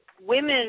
women